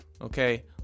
okay